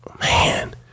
man